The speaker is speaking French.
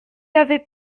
avait